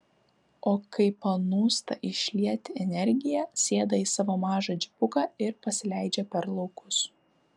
o kai panūsta išlieti energiją sėda į savo mažą džipuką ir pasileidžia per laukus